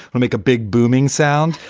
i'll make a big booming sound.